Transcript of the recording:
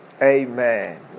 Amen